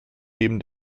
neben